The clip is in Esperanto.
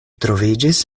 troviĝis